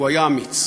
הוא היה אמיץ.